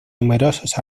numerosos